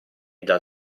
dal